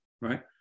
right